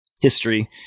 history